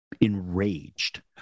enraged